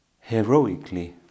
heroically